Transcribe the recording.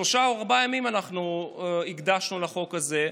שלושה או ארבעה ימים אנחנו הקדשנו לחוק הזה,